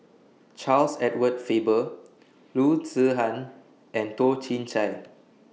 Charles Edward Faber Loo Zihan and Toh Chin Chye